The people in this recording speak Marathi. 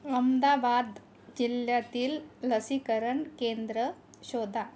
अहमदाबाद जिल्ह्यातील लसीकरण केंद्र शोधा